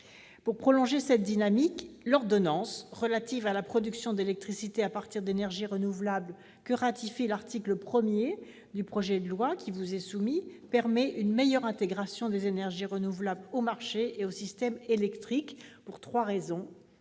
Pour prolonger cette dynamique, l'ordonnance relative à la production d'électricité à partir d'énergies renouvelables que tend à ratifier l'article 1 du projet de loi qui vous est soumis permet une meilleure intégration des énergies renouvelables au marché et au système électrique, et ce pour trois raisons.